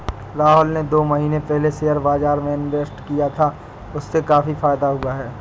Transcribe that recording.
राहुल ने दो महीने पहले शेयर बाजार में इन्वेस्ट किया था, उससे उसे काफी फायदा हुआ है